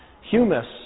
Humus